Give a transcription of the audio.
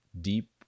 deep